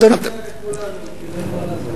אלקין מפריע לכולם, אין מה לעשות.